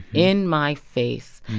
in my face.